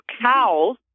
cows